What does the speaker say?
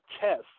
test